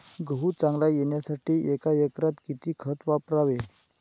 गहू चांगला येण्यासाठी एका एकरात किती खत वापरावे?